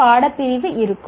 பாடப்பிரிவு இருக்கும்